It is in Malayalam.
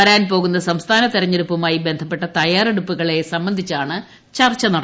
വരാൻ പോകുന്ന സംസ്ഥാന തെരഞ്ഞെടുപ്പുമായി ബന്ധപ്പെട്ട തയ്യാറെടുപ്പുകളെ സംബന്ധിച്ചാണ് ചർച്ച നടന്നത്